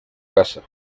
casa